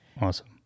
Awesome